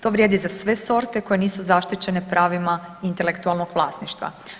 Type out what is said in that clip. To vrijedi za sve sorte koje nisu zaštićene pravima intelektualnog vlasništva.